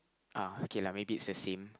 uh okay lah maybe it's the same